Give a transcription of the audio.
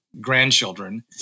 grandchildren